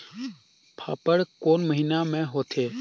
फाफण कोन महीना म होथे?